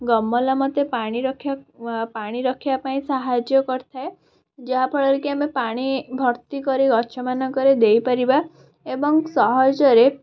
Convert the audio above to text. ଗମଲା ମୋତେ ପାଣି ରଖିବା ପାଣି ରଖିବା ପାଇଁ ସାହାଯ୍ୟ କରିଥାଏ ଯାହାଫଳରେ କି ଆମେ ପାଣି ଭର୍ତ୍ତି କରି ଗଛ ମାନଙ୍କରେ ଦେଇପାରିବା ଏବଂ ସହଜରେ